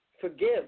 forgive